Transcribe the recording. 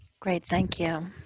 great. thank you.